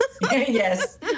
Yes